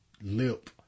lip